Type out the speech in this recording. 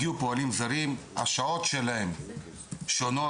הגיעו פועלים זרים, השעות שלהם שונות.